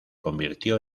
convirtió